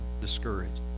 discouraged